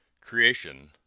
Creation